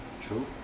True